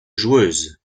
joueuse